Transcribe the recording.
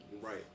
right